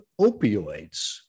opioids